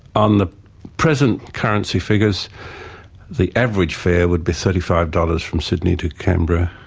on the present currency figures the average fare would be thirty five dollars from sydney to canberra,